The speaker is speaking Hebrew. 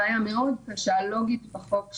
העמותה מופיעה ומאוד רלוונטית בכל הוועדות